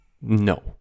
No